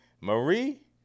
Marie